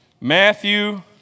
Matthew